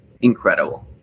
incredible